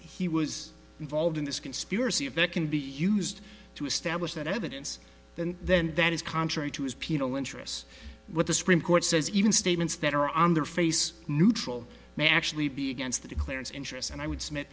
he was involved in this conspiracy if it can be used to establish that evidence and then that is contrary to his penal interests what the supreme court says even statements that are on their face neutral may actually be against the declarer's interests and i would submit